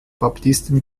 baptisten